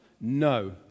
no